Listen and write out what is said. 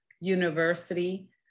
University